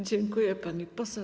Dziękuję, pani poseł.